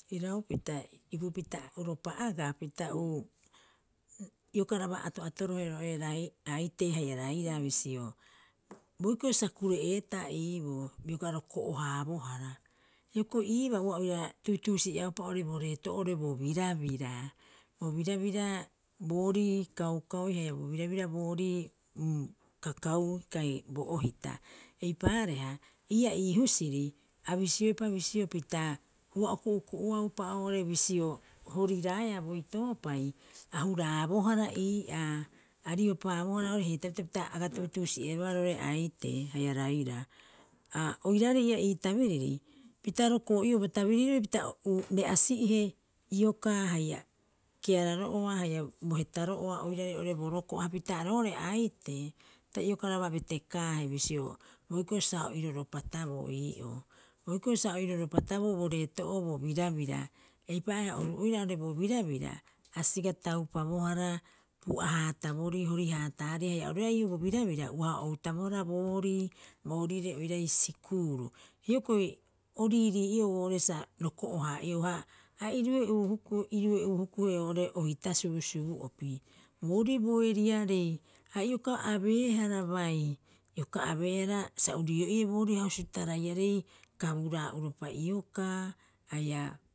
Iraupita ipupita uropa agaa pita iokaraba ato'atorohe roo'ore aitee haia rairaa bisio, boikiro sa kure'eeta iiboo bioga roko'o- haabohara. Hioko'i iibaa ua o tuutuusi'eaupa oo'ore bo reeto'oo oo'ore bo birabira. Bo birabira boorii kaukaui haia bo birabira boorii kakaui kai bo ohita eipaareha, ii'aa ii husiri a bisioepa bisio pita ua o ku'uku'uaupa oo'ore bisio horiraea boitoopai, a huraabohara ii'aa a riopaabohara oo'ore heetaapita pita aga tuutuusi'erebaa roo'ore aitee haia rairaa. Ha oiraarei ii'aa ii tabiriri, pita roko'o iou bo tabirirori pita re'asi'ihe iokaa haia keararo'oa haia bo hetaro'oa oirare oo'ore bo roko'o. Hapita roo'ore aitee, ta iokaraba betekaahe bisio, boikiro sa o iroropataboo ii'oo. Boikiro sa o iroropataboo bo reeto'oo bo birabira, eipaareha oru oira oo'ore bo birabira, a siga taupabohara pu'a- haataborii hori haataarii haia oru oira ii'oo bo birabira uaha o outabohara boorii boorire oirai sikuuru. Hioko'i o riirii'iou oo'ore sa roko'ohaa'iou, ha a irue'uu hukuhe oo'ore ohita subu subu'opi, boorii bo eriarei ha ioka abeehara bai, ioka abeehara sa urii'o'ie boorii hausu taraiarei kaburaa'uropa iokaa haia